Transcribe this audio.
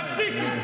תפסיקי.